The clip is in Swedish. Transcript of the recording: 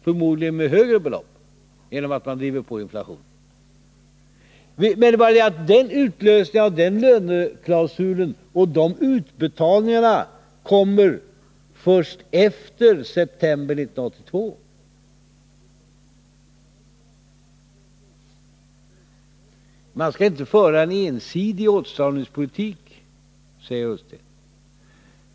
Förmodligen blir beloppet då högre genom att inflationen drivs på. Men utlösningen av den löneklausulen och utbetalningarna till följd av denna kommer först efter september 1982. Man skall inte föra en ensidig åtstramningspolitik, säger Ola Ullsten.